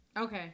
Okay